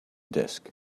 disk